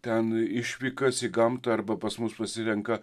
ten išvykas į gamtą arba pas mus pasirenka